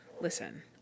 listen